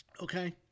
Okay